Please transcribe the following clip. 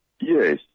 Yes